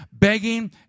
begging